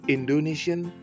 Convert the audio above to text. Indonesian